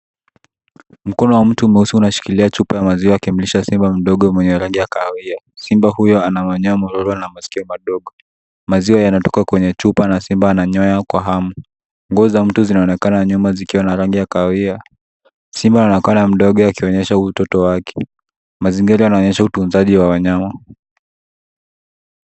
Mkono wa mtu mweusi unashikilia chupa ya maziwa akimlisha simba mdogo mwenye rangi ya kahawia. Simba huyo ana manyoya nyororo na masikio madogo. Maziwa yanatoka kwenye chupa na simba ananyoya kwa hamu. Nguo za mtu zinaonekana nyuma zikiwa na rangi ya kahawia. Simba anaonekana mdogo akionyesha utoto wake. Mazingira yanaonyesha utunzaji wa wanyama.